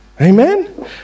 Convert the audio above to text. Amen